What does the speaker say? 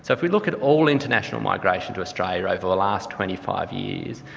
so if we look at all international migration to australia over the last twenty five years,